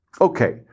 Okay